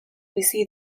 bizi